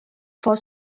for